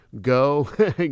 go